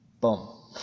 boom